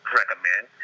recommend